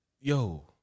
Yo